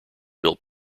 built